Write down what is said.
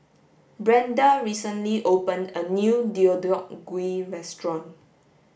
Brenda recently opened a new Deodeok Gui restaurant